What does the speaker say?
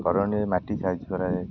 କରଣୀ ମାଟି ସାହାଯ୍ୟ କରାଯାଏ